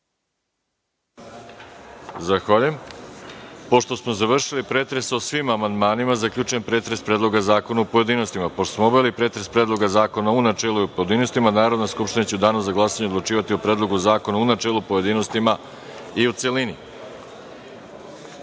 Zahvaljujem. Pošto smo završili pretres o svim amandmanima, zaključujem pretres Predloga zakona, u pojedinostima. Pošto smo obavili pretres Predloga zakona u načelu i u pojedinostima, Narodna skupština će u danu za glasanje odlučivati o Predlogu zakona u načelu, pojedinostima i u